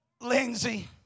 Lindsay